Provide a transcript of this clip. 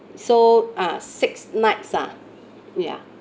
so ah six nights ah ya